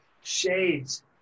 shades